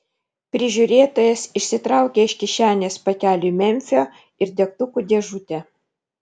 prižiūrėtojas išsitraukė iš kišenės pakelį memfio ir degtukų dėžutę